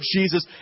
Jesus